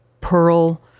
pearl